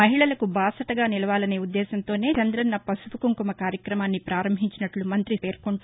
మహిళలకు బాసటగా నిలవాలనే ఉద్దేశంతోనే చంద్రన్న పసుపు కుంకుమ కార్యక్రమాన్ని ప్రపారంభించినట్లు మంతి సునీత పేర్కొంటూ